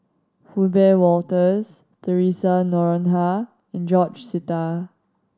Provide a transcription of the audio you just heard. Wiebe Wolters Theresa Noronha and George Sita